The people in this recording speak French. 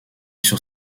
sur